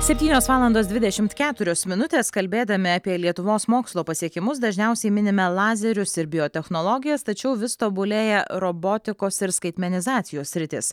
septynios valandos dvidešimt keturios minutės kalbėdami apie lietuvos mokslo pasiekimus dažniausiai minime lazerius ir biotechnologijas tačiau vis tobulėja robotikos ir skaitmenizacijos sritis